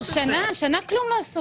השנה לא עשו כלום.